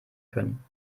können